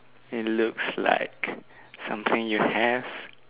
it looks like something you have